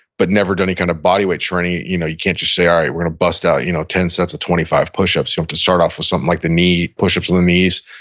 but never done any kind of bodyweight training. you know you can't just say, alright, we're gonna bust out you know ten sets of twenty five push-ups. you have to start off with something like the knee, push-ups in the knees,